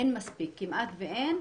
אין מספיק, כמעט ואין.